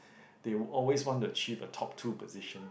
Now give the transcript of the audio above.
they always want to achieve a top two position